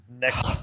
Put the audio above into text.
next